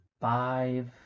five